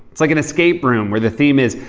it's like an escape room where the theme is,